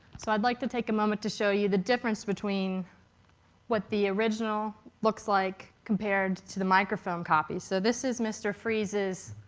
so i'd like to take a moment to show you the difference between what the original looks like compared to the microfilm copy. so this is mr. frees's